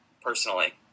personally